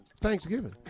Thanksgiving